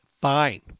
fine